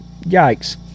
yikes